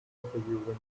you